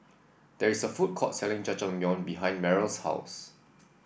there is a food court selling Jajangmyeon behind Meryl's house